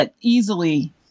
easily